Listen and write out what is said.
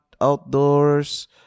outdoors